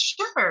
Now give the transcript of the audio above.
sure